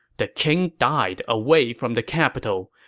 the king died away from the capital.